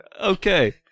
Okay